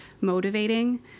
motivating